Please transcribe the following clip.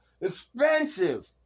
Expensive